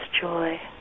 joy